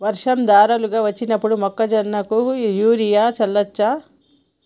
వర్షం ధారలుగా వచ్చినప్పుడు మొక్కజొన్న కు యూరియా చల్లచ్చా?